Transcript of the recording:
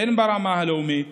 הן ברמה הלאומית